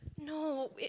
No